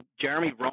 Jeremy